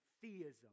theism